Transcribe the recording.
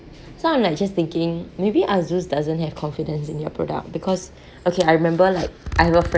so I'm like just thinking maybe asus doesn't have confidence in their product because okay I remember like I have a friend